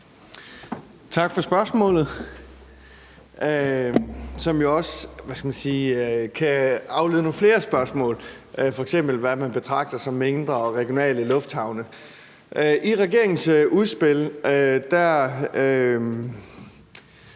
Tak for spørgsmålet, som jo også kan, hvad skal man sige, afføde nogle flere spørgsmål, f.eks. hvad man betragter som mindre, regionale lufthavne. I regeringens udspil